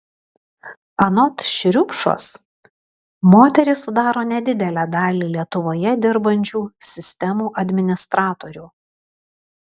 anot šriupšos moterys sudaro nedidelę dalį lietuvoje dirbančių sistemų administratorių